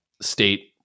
state